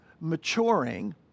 maturing